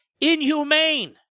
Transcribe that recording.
inhumane